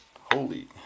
Holy